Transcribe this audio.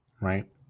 Right